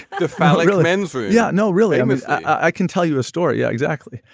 the following the men's room. yeah. no really. i mean i can tell you a story. yeah exactly.